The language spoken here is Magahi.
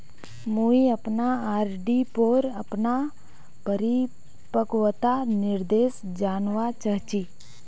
मुई अपना आर.डी पोर अपना परिपक्वता निर्देश जानवा चहची